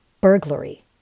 burglary